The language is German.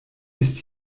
ist